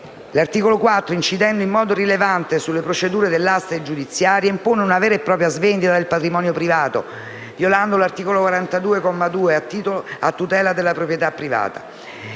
l'articolo 4 incidendo in modo rilevante sulle procedure delle aste giudiziarie impone una vera e propria svendita del patrimonio privato violando l'articolo 42, comma 2, a tutela della proprietà privata.